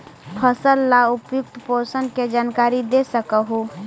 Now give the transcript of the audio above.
फसल ला उपयुक्त पोषण के जानकारी दे सक हु?